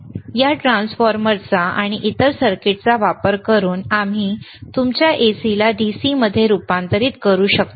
आणि या ट्रान्सफॉर्मरचा आणि इतर सर्किटचा वापर करून आम्ही तुमच्या AC ला DC मध्ये रूपांतरित करू शकतो